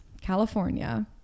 California